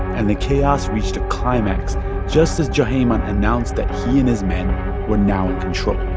and the chaos reached a climax just as juhayman announced that he and his men were now in control